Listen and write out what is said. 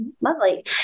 Lovely